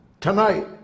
tonight